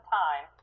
time